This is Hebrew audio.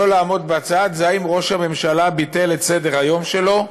לא לעמוד בצד זה האם ראש הממשלה ביטל את סדר-היום שלו,